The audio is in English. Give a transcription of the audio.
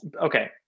Okay